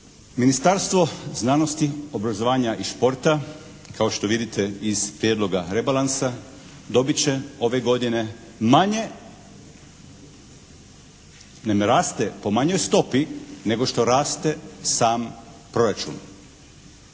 Ministarstvo znanosti, obrazovanja i športa kao što vidite iz prijedloga rebalansa dobit će ove godine manje, naime raste po manjoj stopi nego što raste sam proračun.